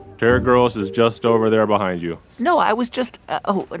terry gross is just over there behind you no, i was just ah oh, but